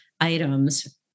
items